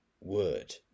word